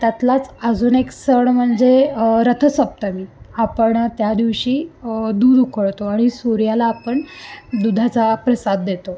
त्यातलाच अजून एक सण म्हणजे रथसप्तमी आपण त्या दिवशी दूध उकळतो आणि सूर्याला आपण दुधाचा प्रसाद देतो